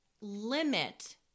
limit